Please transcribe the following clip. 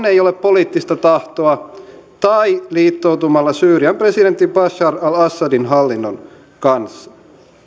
ei ole poliittista tahtoa tai liittoutumalla syyrian presidentti bashar al assadin hallinnon kanssa